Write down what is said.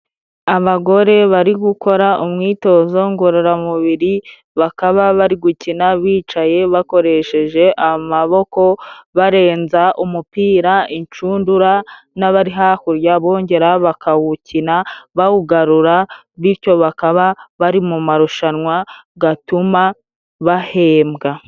Abagore bari gukora umwitozo ngororamubiri, bakaba bari gukina bicaye bakoresheje amaboko, barenza umupira inshundura, n'abari hakurya bongera bakawukina bawugarura, bityo bakaba bari mu marushanwa atuma bahembwa.